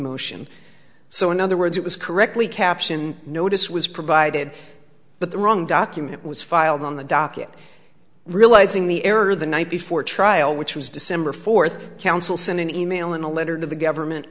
motion so in other words it was correctly caption notice was provided but the wrong document was filed on the docket realizing the error the night before trial which was december fourth counsel sent an e mail in a letter to the government